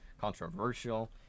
controversial